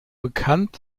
bekannt